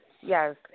yes